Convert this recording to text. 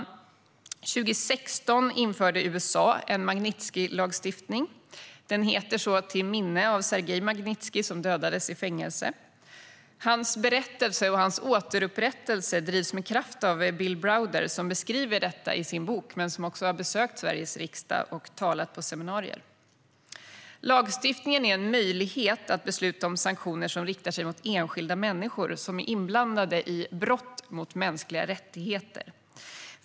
År 2016 införde USA en Magnitskijlagstiftning. Den heter så till minne av Sergej Magnitskij, som dödades i fängelse. Hans berättelse och hans återupprättelse drivs med kraft av Bill Browder, som beskriver detta i sin bok men som också har besökt Sveriges riksdag och talat på seminarier. Lagstiftningen är en möjlighet att besluta om sanktioner som riktar sig mot enskilda människor som är inblandade i brott mot mänskliga rättigheter.